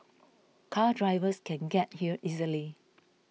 car drivers can get here easily